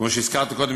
כמו שהזכרתי קודם,